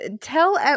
tell –